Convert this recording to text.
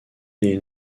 les